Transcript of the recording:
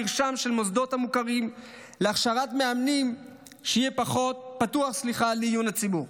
מרשם של מוסדות המוכרים להכשרת מאמנים שיהיה פתוח לעיון הציבור.